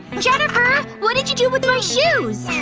jennifer! what did you do with my shoes?